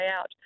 out